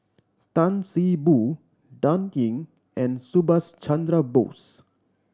Tan See Boo Dan Ying and Subhas Chandra Bose